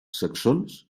saxons